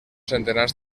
centenars